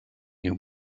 you